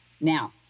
Now